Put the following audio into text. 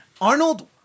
Arnold